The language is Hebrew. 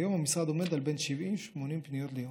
כיום המשרד עומד על בין 70 ל-80 פניות ליום.